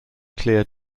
clear